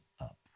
up